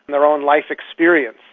their own life experience.